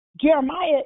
Jeremiah